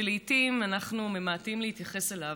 שלעיתים אנחנו ממעטים להתייחס אליו,